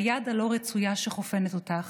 היד הלא-רצויה שחופנת אותך,